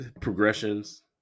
progressions